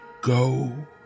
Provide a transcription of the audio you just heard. go